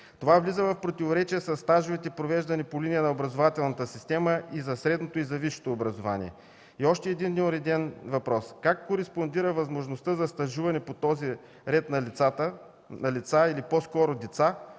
Това влиза в противоречие със стажовете, провеждани по линия на образователната система за средното и за висшето образование. И още един неуреден въпрос: как кореспондира възможността за стажуване по този ред на лица, или по-скоро деца,